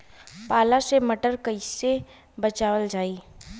पाला से मटर कईसे बचावल जाई?